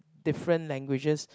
different languages